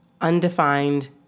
undefined